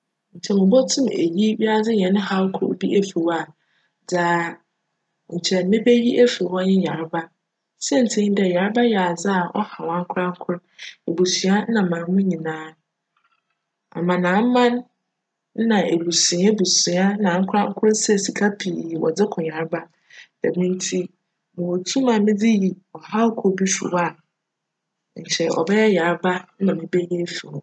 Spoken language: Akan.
Nkyj mobotum eyi wiadze hjn haw kor efi hc a, dza nkyj mebeyi efi hc nye yarba. Siantsir nye dj yarba yj adze a chaw ankorankor, ebusua na man mu no nyina. Aman aman na ebusua ebusua na ankorankor sjj sika pii dze ko yarba djm ntsi mowc tum a medze yi chaw kor bi fi hc a, nkyj cbjyj yarba na mebeyi efi hc.